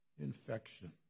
infection